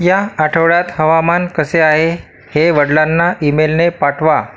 या आठवड्यात हवामान कसे आहे हे वडिलांना ईमेलने पाठवा